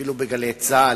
התחילו ב"גלי צה"ל",